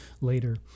later